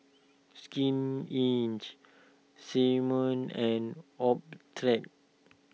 Skin Inch Simmons and Optrex